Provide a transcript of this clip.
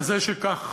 כזה שכך